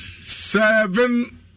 seven